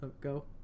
Go